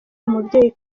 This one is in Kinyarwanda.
umubyeyi